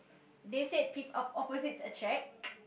they said peop~ opposites attract